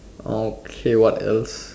okay what else